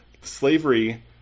slavery